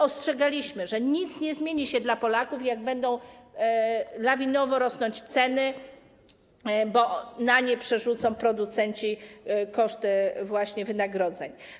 Ostrzegaliśmy, że nic nie zmieni się dla Polaków, jak będą lawinowo rosnąć ceny, bo na nie właśnie przerzucą producenci koszty wynagrodzeń.